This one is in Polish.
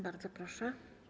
Bardzo proszę.